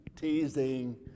Teasing